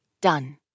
done